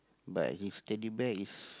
but his Teddy Bear is